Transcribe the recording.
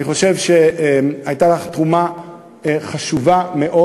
אני חושב שהייתה לך תרומה חשובה מאוד,